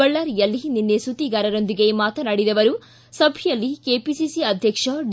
ಬಳ್ಳಾರಿಯಲ್ಲಿ ನಿನ್ನೆ ಸುದ್ದಿಗಾರರೊಂದಿಗೆ ಮಾತನಾಡಿದ ಅವರು ಸಭೆಯಲ್ಲಿ ಕೆಪಿಸಿಸಿ ಅಧ್ಯಕ್ಷ ಡಿ